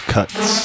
Cuts